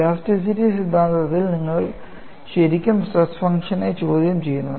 elasticity സിദ്ധാന്തത്തിൽ നിങ്ങൾ ശരിക്കും സ്ട്രെസ് ഫംഗ്ഷനെ ചോദ്യം ചെയ്യുന്നു